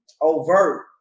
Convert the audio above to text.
overt